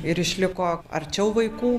ir išliko arčiau vaikų